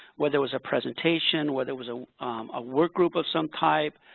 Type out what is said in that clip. whether it was a presentation, whether it was a a work group of some type,